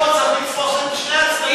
צריך לתפוס את שני הצדדים.